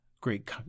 great